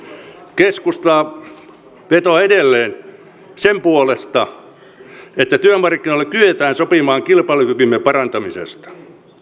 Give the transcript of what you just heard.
keskusta vetoaa edelleen sen puolesta että työmarkkinoilla kyetään sopimaan kilpailukykymme parantamisesta